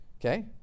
okay